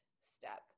step